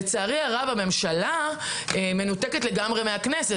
לצערי הרב, הממשלה מנותקת לגמרי מהכנסת.